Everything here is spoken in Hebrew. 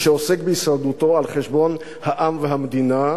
מי שעוסק בהישרדותו על חשבון העם והמדינה,